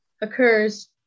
occurs